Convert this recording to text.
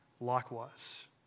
likewise